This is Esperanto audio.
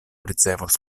ricevos